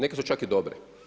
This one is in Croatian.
Neke su čak i dobre.